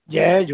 जय झू